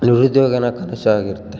ನಿರುದ್ಯೋಗನಾ ಕನಸಾಗಿರುತ್ತೆ